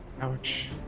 Ouch